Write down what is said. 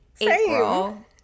April